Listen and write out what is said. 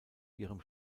ihrem